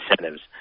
incentives